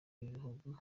y’ibihugu